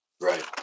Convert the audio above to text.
Right